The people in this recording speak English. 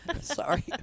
Sorry